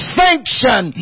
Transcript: sanction